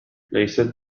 ليست